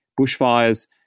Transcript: bushfires